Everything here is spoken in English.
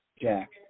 Jack